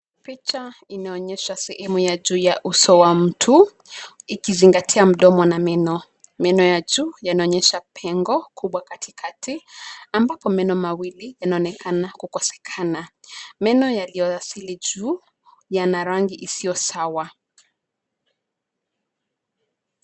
Picha inaonyesha sehemu ya juu ya uso wa mtu ikizingatia mdomo na meno. Meno ya juu yanaonyesha pengo kubwa katikati ambapo meno mawili yanaonekana kukosekana. Meno yalioasili juu yana rangi isiyosawa.